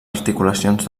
articulacions